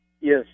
Yes